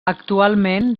actualment